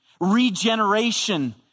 regeneration